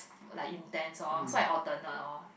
like intense lor so I alternate lor